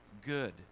good